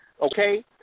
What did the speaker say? okay